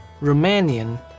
Romanian